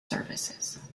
services